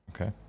okay